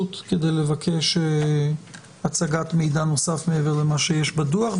כדי לבקש הצגת מידע נוסף מעבר למה שיש בדוח.